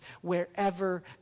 wherever